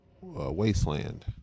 wasteland